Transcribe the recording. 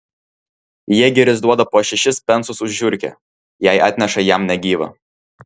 jėgeris duoda po šešis pensus už žiurkę jei atneša jam negyvą